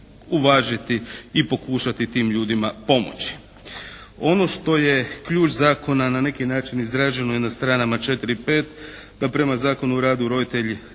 uvažiti i pokušati tim ljudima pomoći. Ono što je ključ zakona na neki način izrađeno je na stranama 4, 5. Pa prema Zakonu o radu roditelji